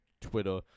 Twitter